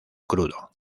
crudo